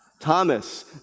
Thomas